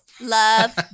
Love